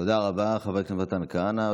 תודה רבה, חבר הכנסת מתן כהנא.